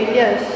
yes